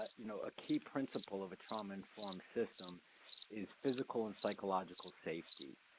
ah you know a key principle of a trauma-informed system is physical and psychological safety.